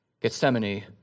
Gethsemane